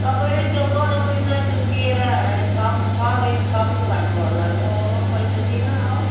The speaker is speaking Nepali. तपाईँले त्यो गनाउने मासु दिएर ठ ठगे ठग्नुभएको होला म पैसा दिन्नँ हौ